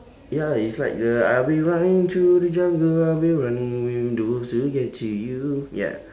ya it's like the I'll be running through the jungle I'll be running with the wolves to get to you ya